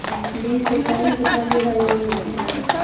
बीस बिस्सा में कितना बिघा जमीन होखेला?